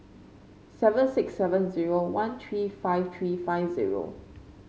seven six seven zero one three five three five zero